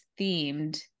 themed